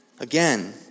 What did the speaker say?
Again